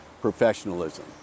professionalism